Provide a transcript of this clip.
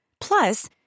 Plus